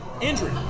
injury